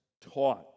taught